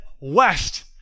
West